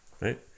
Right